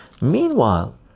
Meanwhile